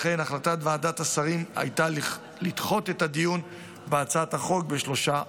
לכן החלטת ועדת השרים הייתה לדחות את הדיון בהצעת החוק בשלושה חודשים.